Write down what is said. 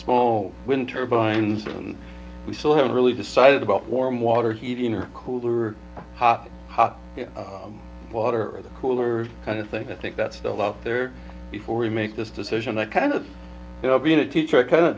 small wind turbines and we still haven't really decided about warm water heating or cooler or ha ha water or the cooler kind of thing i think that's still out there before we make this decision i kind of you know being a teacher i kind